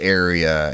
area